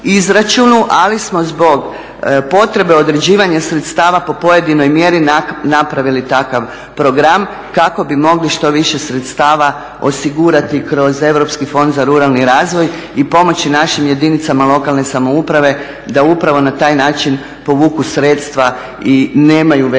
izračunu, ali smo zbog potrebe određivanja sredstava po pojedinoj mjeri napravili takav program kako bi mogli što više sredstava osigurati kroz europski fond za ruralni razvoj i pomoći našim jedinicama lokalne samouprave da upravo na taj način povuku sredstva i nemaju velikih